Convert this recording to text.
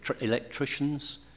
electricians